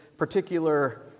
particular